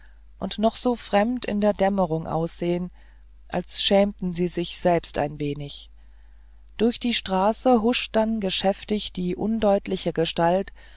und noch so fremd in der dämmerung aussehen als schämten sie sich selbst ein wenig durch die straße huscht dann geschäftig die undeutliche gestalt